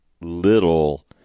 little